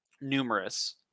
numerous